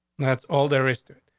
that's all the wrister.